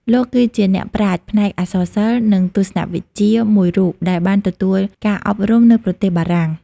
លោកគឺជាអ្នកប្រាជ្ញផ្នែកអក្សរសិល្ប៍ និងទស្សនវិជ្ជាមួយរូបដែលបានទទួលការអប់រំនៅប្រទេសបារាំង។